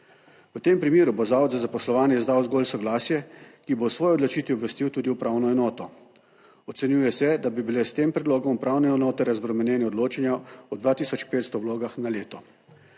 V tem primeru bo Zavod za zaposlovanje izdal zgolj soglasje, ki bo o svoji odločitvi obvestil tudi upravno enoto. Ocenjuje se, da bi bile s tem predlogom upravne enote razbremenjene odločanja o 2 tisoč 500 vlogah na leto.